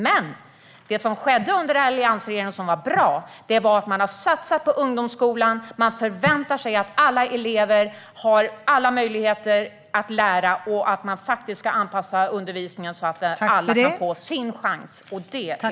Men det som var bra under alliansregeringens tid var att man satsade på ungdomsskolan, man förväntade sig att alla elever har alla möjligheter att lära och att undervisningen skulle anpassas så att alla kan få sin chans. Det är bra.